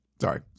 Sorry